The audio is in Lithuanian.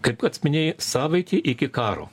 kaip pats minėjai savaitė iki karo